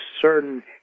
certain